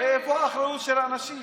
איפה האחריות של האנשים?